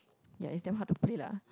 ya its damn hard to play lah